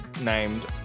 Named